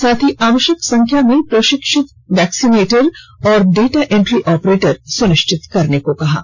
साथ ही आवश्यक संख्या में प्रशिक्षित वैक्सीनेटर तथा डाटा इंट्री ऑपरेटर सुनिश्चित करने को कहा है